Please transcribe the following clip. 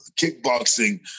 kickboxing